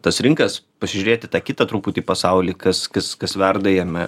tas rinkas pasižiūrėt į tą kitą truputį pasaulį kas kas kas verda jame